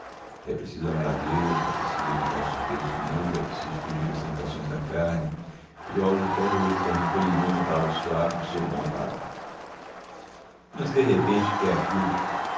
é preciso amar a deus é preciso evitar as torpezas do mundo é preciso fugir das tentações da carne e o auditório ouve com recolhimento a palavra suave do seu bom pároco mas de repente que é aquilo